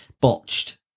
Botched